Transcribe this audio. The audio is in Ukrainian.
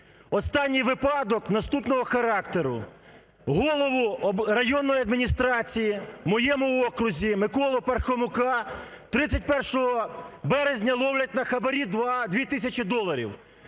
останній випадок наступного характеру. Голову районної адміністрації у моєму окрузі Миколу Пархомука 31 березня ловлять на хабарі 2 тисячі доларів.